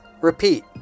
repeat